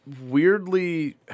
weirdly